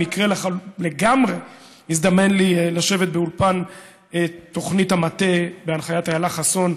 במקרה לגמרי הזדמן לי לשבת באולפן "תוכנית המטה" בהנחיית איילה חסון,